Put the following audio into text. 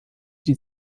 die